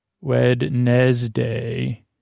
Wednesday